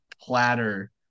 platter